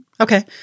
Okay